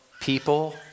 people